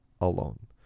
alone